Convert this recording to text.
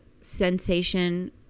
sensation